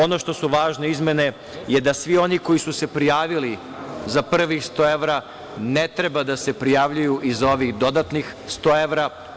Ono što su važne izmene je da svi oni koji su se prijavili za prvih 100 evra ne treba da se prijavljuju i za ovih dodatnih 100 evra.